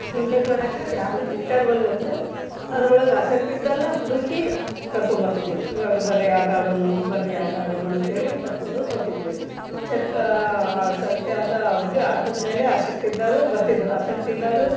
ಕುಂಟ್ಲೆಪಿ ಆಡಕ್ಕೆ ಯಾರು ಗೆಳತ್ಯಾರು ಒಲ್ಲೆಂದ್ರೆ ಅದ್ರೊಳಗೆ ಆಸಕ್ತಿ ಇದ್ದೋರ್ನ ಹುಡುಕಿ ಕರ್ಕೊಂಡ್ಬರ್ತಿದ್ವಿ ಇವಾಗ ಬನ್ರಿ ಆಟ ಆಡೋಣು ಬನ್ರಿ ಆಟ ಆಡೋಣು ಅಂತ್ಹೇಳಿ ಕರ್ಕೊಂಡು ಬರ್ತಿದ್ದೆವು ರೀ ಚಕ್ಕ ಆಸಕ್ತಿಯಾದ ಅವ್ರಿಗೆ ಆಟದ ಮೇಲೆ ಆಸಕ್ತಿ ಇದ್ದವ್ರು ಬರ್ತಿದ್ದರು ಆಸಕ್ತಿ ಇಲ್ಲರು